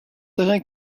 terrain